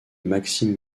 maxime